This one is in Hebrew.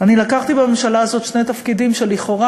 אני לקחתי בממשלה הזאת שני תפקידים שלכאורה